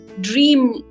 dream